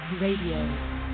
Radio